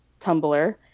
Tumblr